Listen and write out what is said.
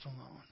alone